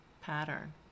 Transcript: pattern